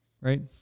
right